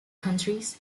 countries